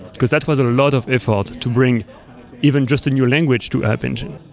because that was a lot of effort to bring even just a new language to app engine.